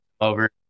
over